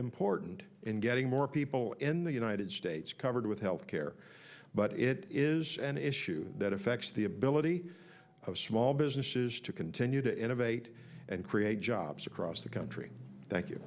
important in getting more people in the united states covered with health care but it is an issue that affects the ability of small businesses to continue to innovate and create jobs across the country